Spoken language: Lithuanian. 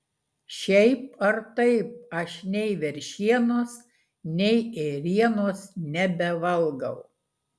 šiaip ar taip aš nei veršienos nei ėrienos nebevalgau